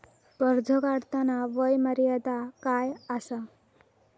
कर्ज काढताना वय मर्यादा काय आसा?